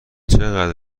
چقدر